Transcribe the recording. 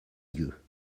yeux